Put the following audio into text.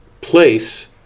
place